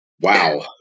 Wow